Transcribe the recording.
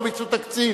לא ביצעו תקציב,